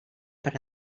per